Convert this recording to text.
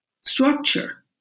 structure